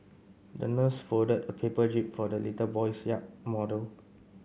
the nurse folded a paper jib for the little boy's yacht model